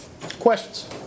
Questions